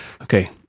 Okay